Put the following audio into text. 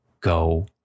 go